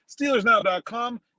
Steelersnow.com